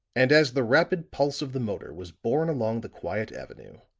and as the rapid pulse of the motor was borne along the quiet avenue,